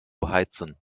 beheizen